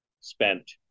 spent